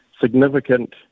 significant